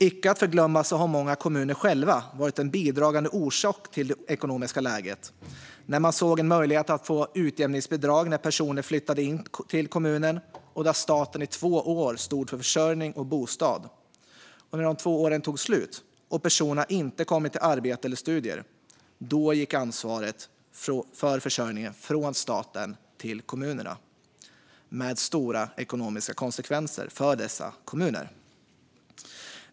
Icke att förglömma har många kommuner själva varit en bidragande orsak till det ekonomiska läget när man såg en möjlighet att få utjämningsbidrag när personer flyttade in till kommunen och där staten i två år stod för försörjning och bostad. När de två åren tog slut och personerna inte kommit i arbete eller studier gick ansvaret för försörjningen från staten till kommunerna, med stora ekonomiska konsekvenser för dessa kommuner.